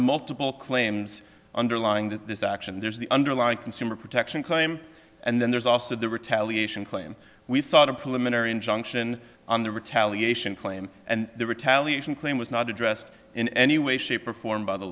multiple clay james underlying that this action there's the underlying consumer protection claim and then there's also the retaliation claim we thought a preliminary injunction on the retaliation claim and the retaliation claim was not addressed in any way shape or form by the